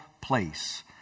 place